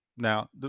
Now